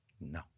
No